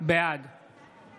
בעד